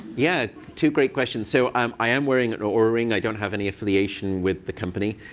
yeah, two great questions. so um i am wearing an oura ring. i don't have any affiliation with the company.